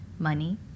Money